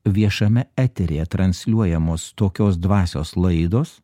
viešame eteryje transliuojamos tokios dvasios laidos